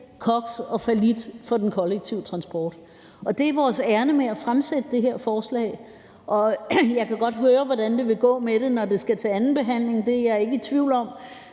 koks og fallit for den kollektive transport. Det er vores ærinde med at fremsætte det her forslag. Jeg kan godt høre, hvordan det vil gå med det, når det skal til anden behandling; det er jeg ikke i tvivl om.